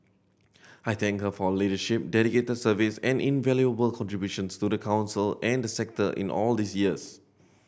I thank her for leadership dedicated service and invaluable contributions to the Council and the sector in all these years